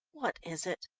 what is it,